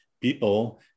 people